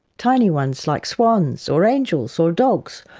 tiny ones like swans or angels or dogs,